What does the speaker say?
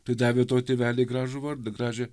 tai davė tau tėveliai gražų vardą gražią